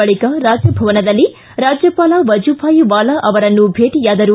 ಬಳಕ ರಾಜಭವನದಲ್ಲಿ ರಾಜ್ಜಪಾಲ ವಜುಭಾಯ್ ವಾಲಾ ಅವರನ್ನು ಭೇಟಿಯಾದರು